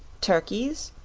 turkeys,